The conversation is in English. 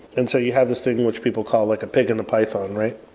and so you have this thing which people call like a pig and a python, right?